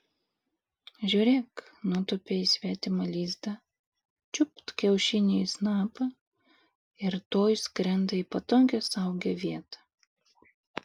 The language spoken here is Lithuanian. žiūrėk nutūpė į svetimą lizdą čiupt kiaušinį į snapą ir tuoj skrenda į patogią saugią vietą